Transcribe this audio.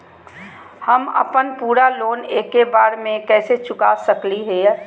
हम अपन पूरा लोन एके बार में कैसे चुका सकई हियई?